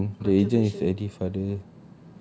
the agent the agent is eddie father